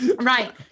Right